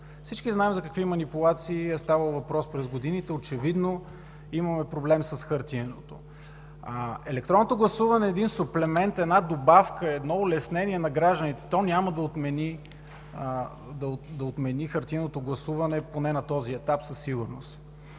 Всички знаем за какви манипулации е ставало въпрос през годините – очевидно имаме проблем с хартиеното. Електронното гласуване е един суплемент, една добавка, едно улеснение на гражданите. То няма да отмени хартиеното гласуване поне на този етап, със сигурност.